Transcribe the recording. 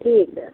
ਠੀਕ ਹੈ